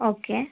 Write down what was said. okay